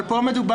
אבל פה מדובר